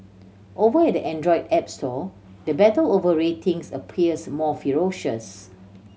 over at the Android app store the battle over ratings appears more ferocious